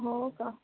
हो का